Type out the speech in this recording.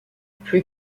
plus